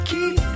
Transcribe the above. Keep